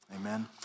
Amen